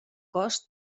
cost